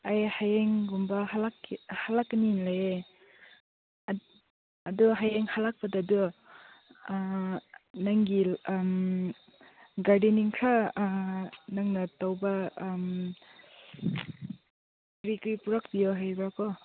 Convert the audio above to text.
ꯑꯩ ꯍꯦꯌꯡꯒꯨꯝꯕ ꯍꯜꯂꯛꯀꯅꯤ ꯂꯩꯌꯦ ꯑꯗꯨ ꯍꯌꯦꯡ ꯍꯜꯂꯛꯄꯗ ꯑꯗꯨ ꯅꯪꯒꯤ ꯒꯥꯔꯗꯦꯅꯤꯡ ꯈꯔ ꯅꯪꯅ ꯇꯧꯕ ꯀꯔꯤ ꯀꯔꯤ ꯄꯨꯔꯛꯄꯤꯌꯣ ꯍꯥꯏꯕ꯭ꯔꯥꯀꯣ